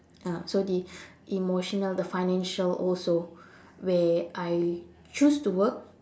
uh so the emotional the financial also where I choose to work